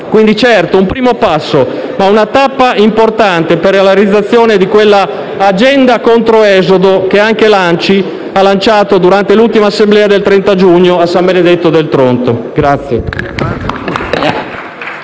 Certamente è un primo passo, ma una tappa importante per la realizzazione di quella agenda controesodo che anche l'ANCI ha lanciato durante l'ultima assemblea del 30 giugno a San Benedetto del Tronto.